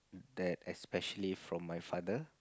that especially from my father